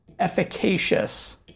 Efficacious